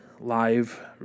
live